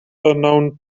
unknown